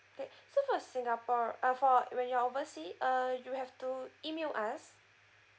okay so for singapore uh for when you're oversea uh you have to email us